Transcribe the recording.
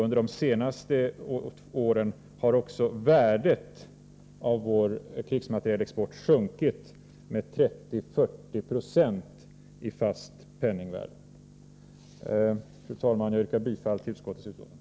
Under de senaste åren har också värdet av vår krigsmaterielexport sjunkit med 30-40 96 i fast penningvärde. Fru talman! Jag yrkar bifall till utskottets hemställan.